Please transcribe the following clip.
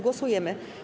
Głosujemy.